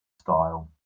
style